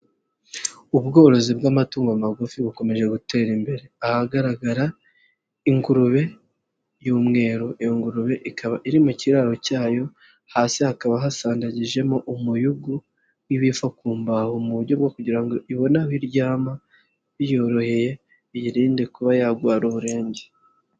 Ubworozi bw'amatungo magufi bukomeje gutera imbere. Ahagaragara ingurube y'umweru, iyo ngurube ikaba iri mu kiraro cyayo, hasi hakaba hasandagijemo umuyugu w'ibiva ku mbaho mu buryo ibone aho iryama, biyoroheye biyirinde kuba yarwara uburenge.